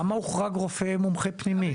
למה הוחרג רופא מומחה פנימית?